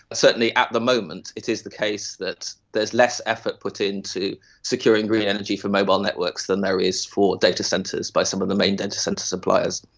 certainly at the moment it is the case that there is less effort put in to securing green energy for mobile networks than there is for datacentres by some of the main datacentre suppliers.